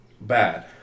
bad